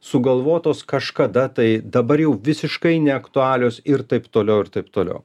sugalvotos kažkada tai dabar jau visiškai neaktualios ir taip toliau ir taip toliau